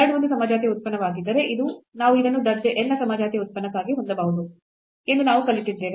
z ಒಂದು ಸಮಜಾತೀಯ ಉತ್ಪನ್ನವಾಗಿದ್ದರೆ ನಾವು ಇದನ್ನು ದರ್ಜೆ n ನ ಸಮಜಾತೀಯ ಉತ್ಪನ್ನಕ್ಕಾಗಿ ಹೊಂದಬಹುದು ಎಂದು ನಾವು ಕಲಿತಿದ್ದೇವೆ